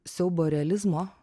siaubo realizmo